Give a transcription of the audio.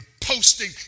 posting